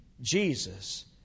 Jesus